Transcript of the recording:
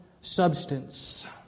substance